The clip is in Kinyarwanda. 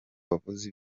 wavuze